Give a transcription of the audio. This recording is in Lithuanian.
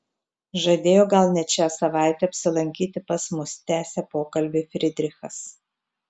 žadėjo gal net šią savaitę apsilankyti pas mus tęsė pokalbį frydrichas